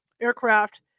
aircraft